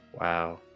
Wow